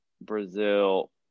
Brazil